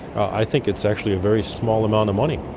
i think it's actually a very small amount of money.